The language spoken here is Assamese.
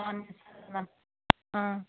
অঁ